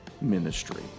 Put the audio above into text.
ministry